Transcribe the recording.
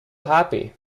happy